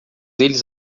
eles